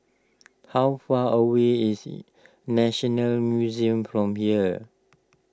how far away is National Museum from here